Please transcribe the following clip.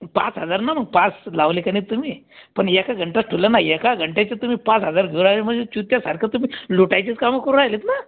पाच हजार ना मग पाच लावले का नाही तुम्ही पण एका घंटा ठेवलं ना एक घंट्याचे तुम्ही पाच हजार घेऊ राहिले म्हणजे चुतीयासारखं तुम्ही लुटायचेच कामं करू राहिलेत ना